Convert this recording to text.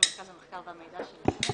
ממרכז המחקר והמידע של הכנסת.